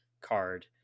card